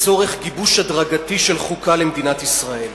לצורך גיבוש הדרגתי של חוקה למדינת ישראל,